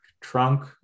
trunk